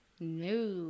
No